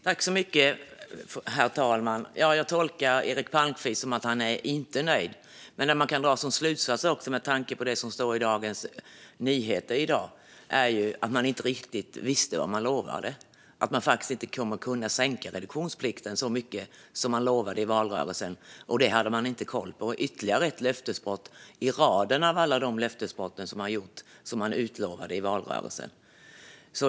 Herr talman! Jag tolkar Eric Palmqvist som att han inte är nöjd. Men den slutsats man också kan dra med tanke på det som står i Dagens Nyheter i dag är ju att man inte riktigt visste vad man lovade och att man faktiskt inte kommer att kunna sänka reduktionsplikten så mycket som man lovade i valrörelsen. Det hade man inte koll på. Det är ytterligare ett löftesbrott i raden, mot vad man utlovade i valrörelsen.